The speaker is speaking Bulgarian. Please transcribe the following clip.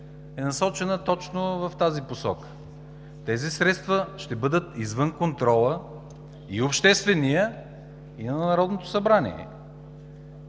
е насочена точно в тази посока. Тези средства ще бъдат извън контрола – и обществения, и на Народното събрание.